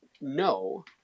no